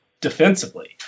defensively